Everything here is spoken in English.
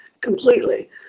completely